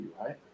right